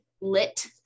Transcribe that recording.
lit